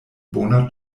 bona